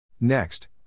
Next